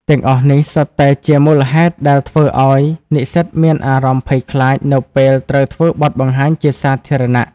ទាំងអស់នេះសុទ្ធតែជាមូលហេតុដែលធ្វើឱ្យនិស្សិតមានអារម្មណ៍ភ័យខ្លាចនៅពេលត្រូវធ្វើបទបង្ហាញជាសាធារណៈ។